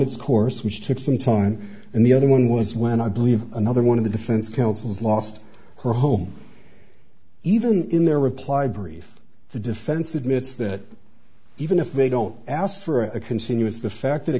its course which took some time and and the other one was when i believe another one of the defense counsels lost her whole even in their reply brief the defense admits that even if they don't ask for a continuous the fact that a